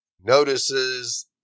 Notices